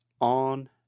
on